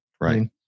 Right